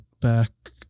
back